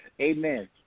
Amen